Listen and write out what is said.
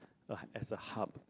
a as a hub